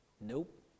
nope